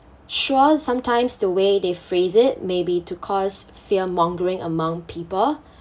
sure sometimes the way they phrase it may be to cause fearmongering among people